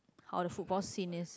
how the football scene is